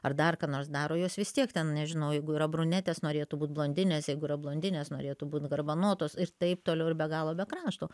ar dar ką nors daro jos vis tiek ten nežinau jeigu yra brunetės norėtų būt blondinės jeigu yra blondinės norėtų būt garbanotos ir taip toliau ir be galo be krašto